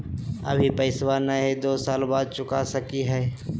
अभि पैसबा नय हय, दू साल बाद चुका सकी हय?